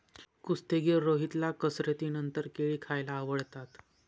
कुस्तीगीर रोहितला कसरतीनंतर केळी खायला आवडतात